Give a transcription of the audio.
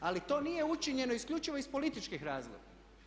Ali to nije učinjeno isključivo iz političkih razloga.